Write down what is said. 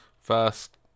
first